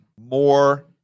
more